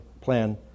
plan